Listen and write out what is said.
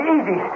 Easy